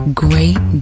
great